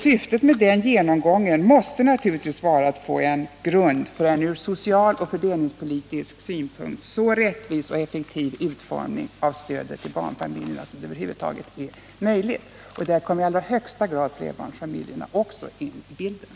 Syftet med den genomgången måste naturligtvis vara att få en grund för en ur social och fördelningspolitisk synpunkt så rättvis och effektiv utformning av stödet till barnfamiljerna som det över huvud taget är möjligt. Och där kommer i allra högsta grad också flerbarnsfamiljerna in i bilden.